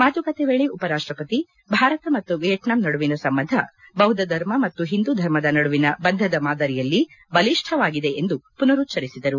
ಮಾತುಕತೆ ವೇಳೆ ಉಪರಾಷ್ಟಪತಿ ಭಾರತ ಮತ್ತು ವಿಯಟ್ನಾಂ ನಡುವಿನ ಸಂಬಂಧ ಬೌದ್ಧಧರ್ಮ ಮತ್ತು ಹಿಂದೂ ಧರ್ಮದ ನಡುವಿನ ಬಂಧದ ಮಾದರಿಯಲ್ಲಿ ಬಲಿಷ್ಠವಾಗಿದೆ ಎಂದು ಪುನರುಚ್ಚರಿಸದರು